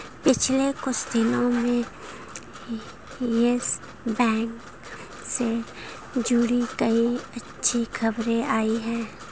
पिछले कुछ दिनो में यस बैंक से जुड़ी कई अच्छी खबरें आई हैं